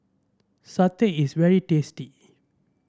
satay is very tasty